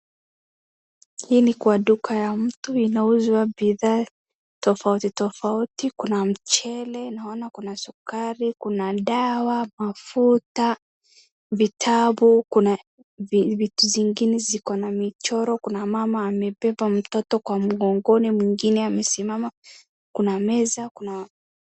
Hii ni kwa duka ya mtu kunauzwa bidhaa tofauti tofauti kuna mchele, naona kuna sukari, kuna dawa, mafuta ,vitabu kuna vitu zingine ziko na michoro kuna mama amebeba mtoto kwa mgongo kuna meza.